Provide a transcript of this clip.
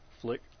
flick